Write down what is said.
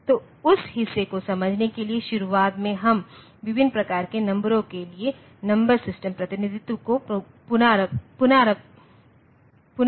तो उस हिस्से को समझने के लिए शुरुआत में हम विभिन्न प्रकार के नंबरों के लिए नंबर सिस्टम प्रतिनिधित्व को पुनरावृत्ति करेंगे